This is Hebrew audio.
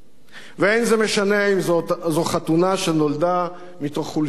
ואין זה משנה אם זו חתונה שנולדה מתוך חולשה ופחד.